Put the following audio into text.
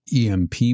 EMP